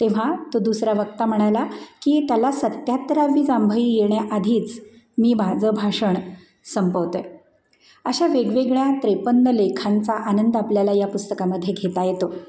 तेव्हा तो दुसरा वक्ता म्हणाला की त्याला सत्याहत्तरावी जांभई येण्याआधीच मी माझं भाषण संपवतो आहे अशा वेगवेगळ्या त्रेपन्न लेखांचा आनंद आपल्याला या पुस्तकामध्ये घेता येतो